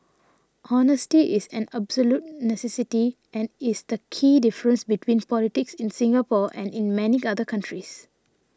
honesty is an absolute necessity and is the key difference between politics in Singapore and in many other countries